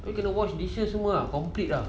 you're gonna wash dishes semua complete ah